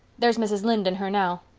there's mrs. lynde and her now.